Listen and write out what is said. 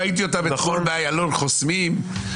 ראיתי אותם באיילון חוסמים.